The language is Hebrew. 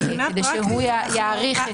כדי שהוא יעריך.